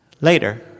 later